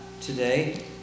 today